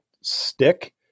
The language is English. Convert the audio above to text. stick